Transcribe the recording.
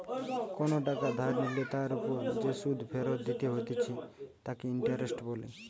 কোনো টাকা ধার নিলে তার ওপর যে সুধ ফেরত দিতে হতিছে তাকে ইন্টারেস্ট বলে